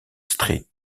street